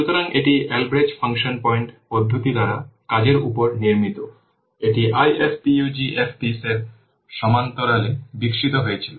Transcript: সুতরাং এটি Albrecht function point পদ্ধতি দ্বারা কাজের উপর নির্মিত এটি IFPUG FPs এর সমান্তরালে বিকশিত হয়েছে